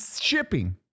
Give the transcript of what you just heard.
shipping